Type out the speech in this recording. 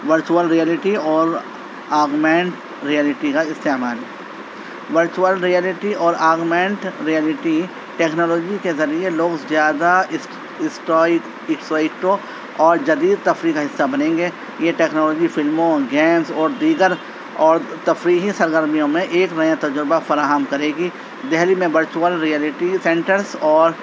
virtual reality اور augmented reality کا استعمال ورچوئل ریئلٹی اور آگمینٹھ ریئلٹی ٹیکنالوجی کے ذریعے لوگ زیادہ اسٹائک اسٹرائکٹو اور جدید تفریح کا حصہ بنیں گے یہ ٹیکنالوجی فلموں گیمس اور دیگر اور تفریحی سرگرمیوں میں ایک نیا تجربہ فراہم کرے گی دلی میں ورچوئل ریئلٹی سنٹرس اور